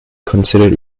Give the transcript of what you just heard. considered